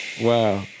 wow